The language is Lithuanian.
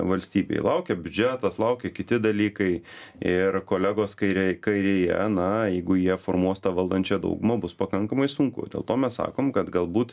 valstybei laukia biudžetas laukia kiti dalykai ir kolegos kairėj kairėje na jeigu jie formuos tą valdančiąją daugumą bus pakankamai sunku dėl to mes sakom kad galbūt